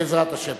בעזרת השם.